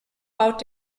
baut